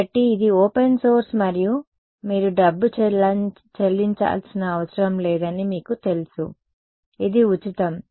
కాబట్టి ఇది open source మరియు మీరు డబ్బు చెల్లించాల్సిన అవసరం లేదని మీకు తెలుసు ఇది ఉచితం